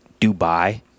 Dubai